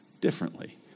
differently